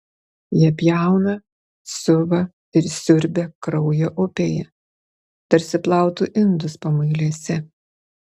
jie pjauna siuva ir siurbia kraujo upėje tarsi plautų indus pamuilėse